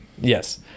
Yes